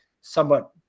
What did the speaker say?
somewhat